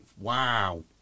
wow